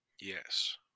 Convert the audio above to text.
Yes